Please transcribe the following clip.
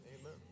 Amen